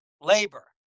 labor